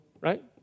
right